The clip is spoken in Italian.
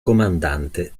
comandante